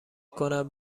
کنم